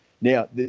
Now